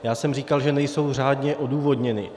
Já jsem říkal, že nejsou řádně odůvodněny.